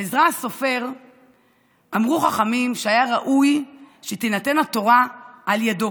על עזרא הסופר אמרו חכמים שהיה ראוי שתינתן התורה על ידו